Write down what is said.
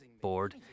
board